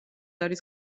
არის